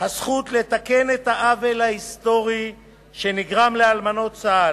הזכות לתקן את העוול ההיסטורי שנגרם לאלמנות צה"ל.